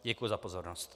Děkuji za pozornost.